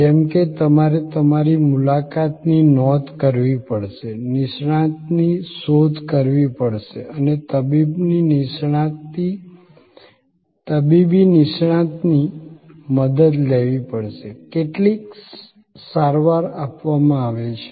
જેમ કે તમારે તમારી મુલાકાતની નોંધ કરવી પડશે નિષ્ણાતની શોધ કરવી પડશે અને તબીબી નિષ્ણાતની મદદ લેવી પડશે કેટલીક સારવાર આપવામાં આવે છે